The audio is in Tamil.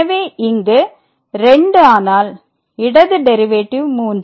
எனவே இங்கு 2 ஆனால் இடது டெரிவேட்டிவ் 3